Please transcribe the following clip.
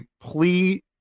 plea